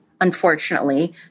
unfortunately